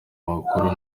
makuru